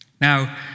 Now